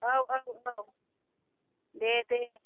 औ औ औ दे दे